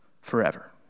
forever